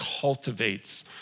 cultivates